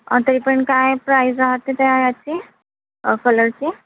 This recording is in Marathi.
तरी पण काय प्राईज राहते त्या याची कलरची